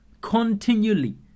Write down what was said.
continually